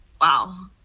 Wow